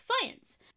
science